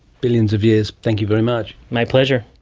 billions of years. thank you very much. my pleasure.